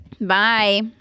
Bye